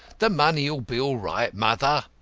the money'll be all right, mother.